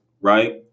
right